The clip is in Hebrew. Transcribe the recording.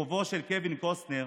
בכיכובו של קווין קוסטנר,